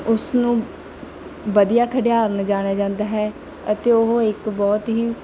ਉਸ ਨੂੰ ਵਧੀਆ ਖਿਡਾਰਨ ਜਾਣਿਆ ਜਾਂਦਾ ਹੈ ਅਤੇ ਉਹ ਇੱਕ ਬਹੁਤ ਹੀ